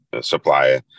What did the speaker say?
supplier